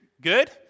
good